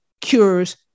cures